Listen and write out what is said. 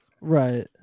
Right